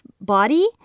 body